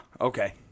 Okay